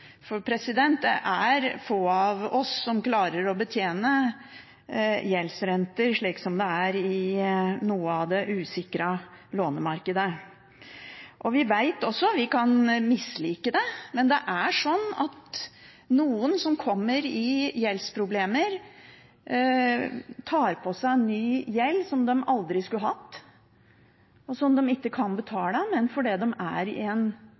for det er få av oss som klarer å betjene gjeldsrenter slik de er i noe av det usikrede lånemarkedet. Vi vet også – og vi kan mislike det – at noen som kommer i gjeldsproblemer, tar på seg ny gjeld, som de aldri skulle hatt, og som de ikke kan betale, fordi de er